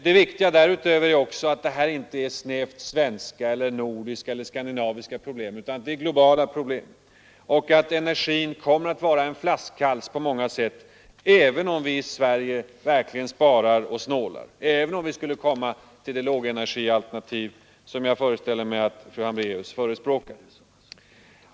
Det viktiga därutöver är att energiproblemen inte är snävt svenska, nordiska eller skandinaviska problem utan globala problem och att energiproduktionen kommer att vara en flaskhals på många sätt i framtiden, även om vi i Sverige verkligen sparar och snålar och även om vi skulle komma fram till det lågenergialternativ som jag vet att fru Hambraeus förespråkar.